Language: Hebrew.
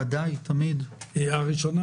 ראשית,